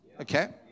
Okay